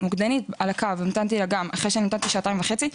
כשעליתי לשיחה אחרי שהמתנתי שעתיים וחצי,